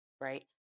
right